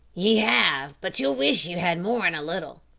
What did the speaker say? ye have, but ye'll wish ye had more in a little.